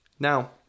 Now